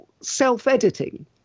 self-editing